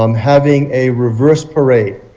um having a reverse parade.